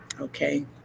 okay